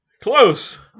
Close